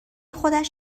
خودش